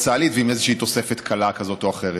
צה"לית ועם איזושהי תוספת קלה כזו או אחרת.